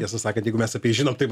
tiesą sakant jeigu mes apie žinom tai